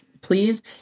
please